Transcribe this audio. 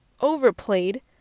overplayed